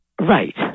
Right